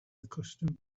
accustomed